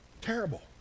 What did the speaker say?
terrible